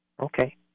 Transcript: Okay